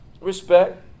Respect